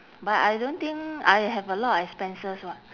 but I don't think I have a lot of expenses [what]